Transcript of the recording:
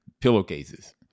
pillowcases